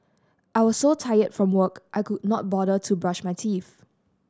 I was so tired from work I could not bother to brush my teeth